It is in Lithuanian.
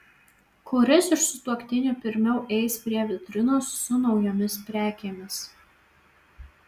kuris iš sutuoktinių pirmiau eis prie vitrinos su naujomis prekėmis